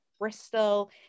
Bristol